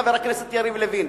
חבר הכנסת יריב לוין.